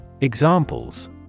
Examples